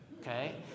okay